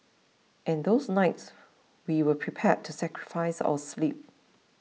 and those nights we were prepared to sacrifice our sleep